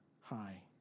hi